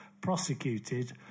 prosecuted